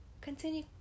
continue